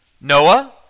Noah